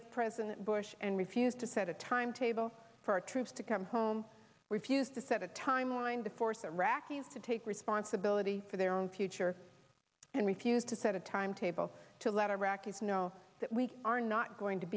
with president bush and refused to set a timetable for troops to come home refused to set a timeline to force the iraqis to take responsibility for their own future and refused to set a timetable to let iraqis know that we are not going to